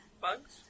bugs